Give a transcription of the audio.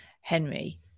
Henry